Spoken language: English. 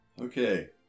Okay